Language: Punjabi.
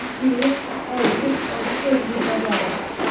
ਖੀਰ ਆਰਡਰ ਆਰਡਰ ਭੇਜ ਦਿੱਤਾ ਜਾਵੇ